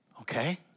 Okay